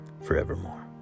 forevermore